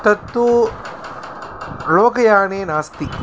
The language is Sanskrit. तत्तु लोकयाने नास्ति